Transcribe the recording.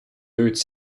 deux